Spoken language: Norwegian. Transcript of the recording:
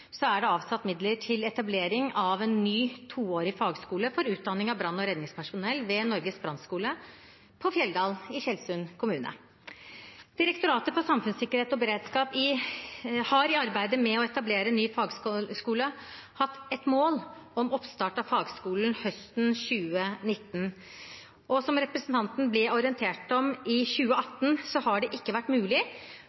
er det avsatt midler til etablering av en ny toårig fagskole for utdanning av brann- og redningspersonell ved Norges brannskole på Fjelldal i Tjeldsund kommune. Direktoratet for samfunnssikkerhet og beredskap har i arbeidet med å etablere ny fagskole hatt et mål om oppstart av fagskolen høsten 2019. Som representanten ble orientert om i